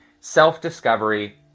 self-discovery